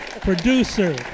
producer